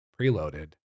preloaded